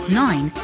nine